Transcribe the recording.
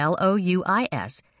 louis